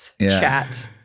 chat